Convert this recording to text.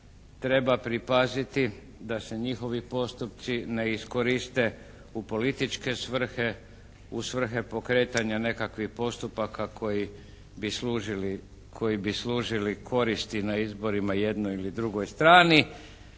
treba pripaziti da se njihovi postupci ne iskoriste u političke svrhe, u svrhe pokretanja nekakvih postupaka koji bi služili koristi na izborima jednoj ili drugoj strani.